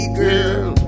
girl